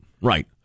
right